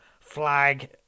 flag